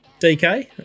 DK